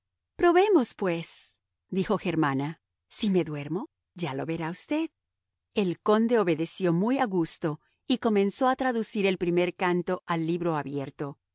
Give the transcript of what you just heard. contemplando probemos pues dijo germana si me duermo ya lo verá usted el conde obedeció muy a gusto y comenzó a traducir el primer canto a libro abierto